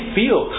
feel